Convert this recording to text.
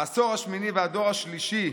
העשור השמיני והדור השלישי,